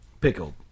pickled